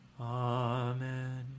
Amen